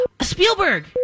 Spielberg